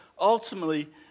ultimately